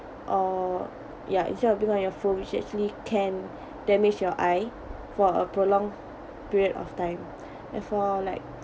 or ya instead of being on your phone which actually can damage your eye for a prolonged period of time therefore like